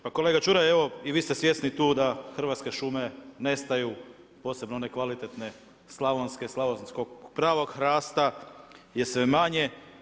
Pa kolega Čuraj evo i vi ste svjesni tu da Hrvatske šume nestaju posebno one kvalitetne, slavonske, slavonskog pravog hrasta je sve manje.